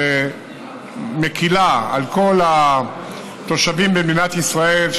שמקילה על כל התושבים במדינת ישראל,